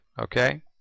okay